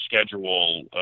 schedule